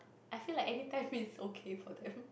I feel like anytime it's okay for them